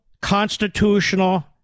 constitutional